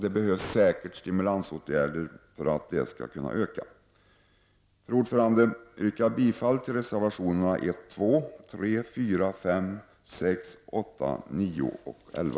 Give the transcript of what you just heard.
Det behövs säkert stimulansåtgärder för att detta skall kunna öka. Fru talman! Jag yrkar bifall till reservationerna 1, 2,3,4, 5,6, 8, 9 och 11.